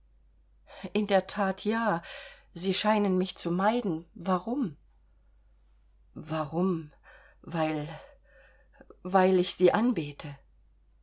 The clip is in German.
in der that ja sie scheinen mich zu meiden warum warum weil weil ich sie anbete